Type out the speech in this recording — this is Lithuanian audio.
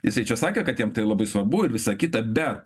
jisai čia sakė kad jam tai labai svarbu ir visa kita bet